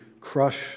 crush